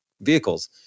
vehicles